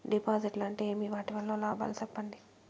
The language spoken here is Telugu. డిపాజిట్లు అంటే ఏమి? వాటి వల్ల లాభాలు సెప్పండి?